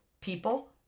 people